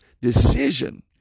decision